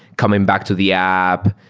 coming back to the app,